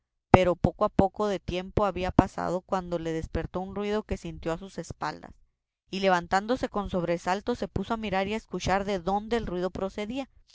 pero poco espacio de tiempo había pasado cuando le despertó un ruido que sintió a sus espaldas y levantándose con sobresalto se puso a mirar y a escuchar de dónde el ruido procedía